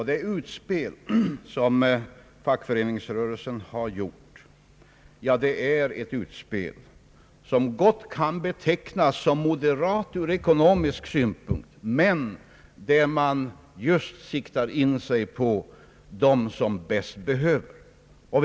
Det utspel som fackföreningsrörelsen har gjort kan gott betecknas som moderat ur ekonomisk synpunkt, men det siktar just på dem som bäst behöver en förbättring.